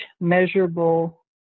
measurable